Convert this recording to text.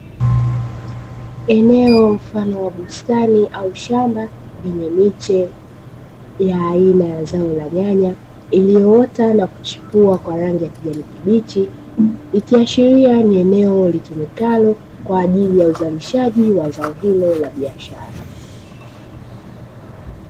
Eneo mfano wa bustani au shamba lenye miche ya aina ya zao la nyanya, iliyoota na kuchipua kwa rangi ya kijani kibichi, ikiashiria kuwa ni eneo litumikalo kwa ajili ya uzalishaji wa zao hilo la biashara.